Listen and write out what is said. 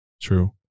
True